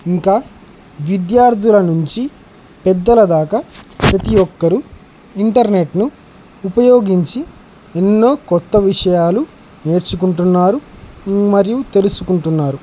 ఇంకా విద్యార్థుల నుంచి పెద్దల దాకా ప్రతీ ఒక్కరూ ఇంటర్నెట్ను ఉపయోగించి ఎన్నో క్రొత్త విషయాలు నేర్చుకుంటున్నారు మరియు తెలుసుకుంటున్నారు